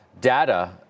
data